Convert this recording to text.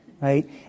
right